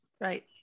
right